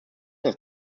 das